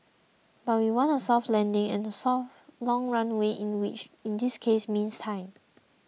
but we want a soft landing and a long runway in this case means time